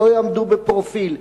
ולא יעמדו בפרופיל.